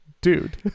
dude